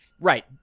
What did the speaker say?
Right